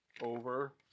over